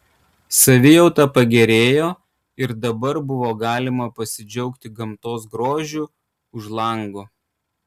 savijauta pagerėjo ir dabar buvo galima pasidžiaugti gamtos grožiu už lango